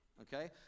okay